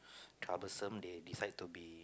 troublesome they decide to be